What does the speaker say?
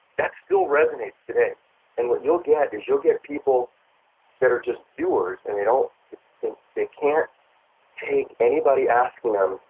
that still resonates today and what you'll get is you'll get people that are just doers and you know they can't take anybody asking them,